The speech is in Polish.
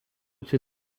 cię